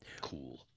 Cool